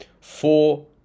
four